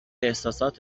احساسات